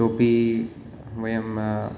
इतोपि वयं